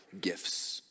gifts